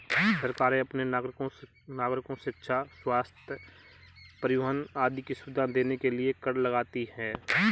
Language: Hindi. सरकारें अपने नागरिको शिक्षा, स्वस्थ्य, परिवहन आदि की सुविधाएं देने के लिए कर लगाती हैं